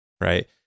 right